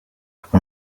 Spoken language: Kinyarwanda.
ariko